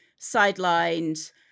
sidelined